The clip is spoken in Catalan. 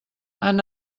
han